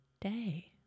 day